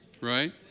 right